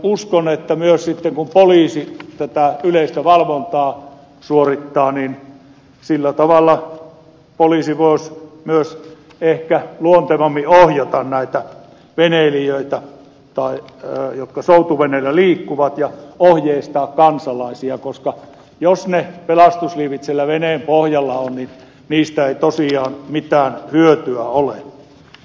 uskon myös että kun poliisi tätä yleistä valvontaa suorittaa niin sillä tavalla poliisi voisi myös ehkä luontevammin ohjata näitä veneilijöitä niitä jotka soutuveneellä liikkuvat ohjeistaa kansalaisia koska jos ne pelastusliivit siellä veneenpohjalla ovat niin niistä ei tosiaan mitään hyötyä ole